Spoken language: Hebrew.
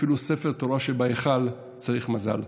אפילו ספר תורה שבהיכל צריך מזל.